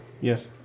Yes